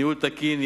ניהול תקין,